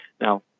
Now